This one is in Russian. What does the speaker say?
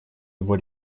его